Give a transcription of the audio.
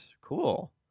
cool